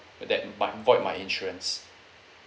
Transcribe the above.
that might void my insurance